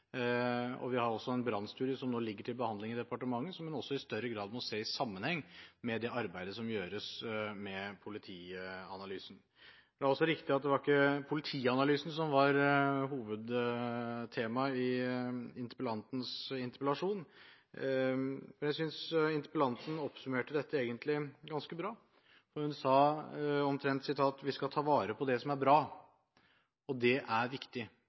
blir. Vi har også en brannstudie som nå ligger til behandling i departementet, som også i større grad må ses i sammenheng med det arbeidet som gjøres med politianalysen. Det er også riktig at det ikke er politianalysen som er hovedtemaet i interpellasjonen. Jeg synes egentlig interpellanten oppsummerte dette ganske bra. Hun sa at vi skal ta vare på det som er bra – og det er viktig.